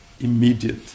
immediate